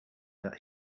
that